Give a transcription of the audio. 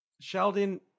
Sheldon